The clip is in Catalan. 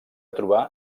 trobar